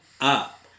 up